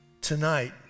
Tonight